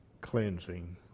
cleansing